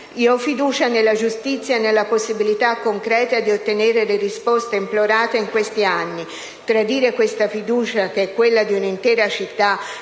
Ho fiducia nella giustizia e nella possibilità concreta di ottenere le risposte implorate in questi anni. Tradire questa fiducia, che è quella di un'intera città